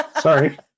Sorry